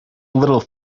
little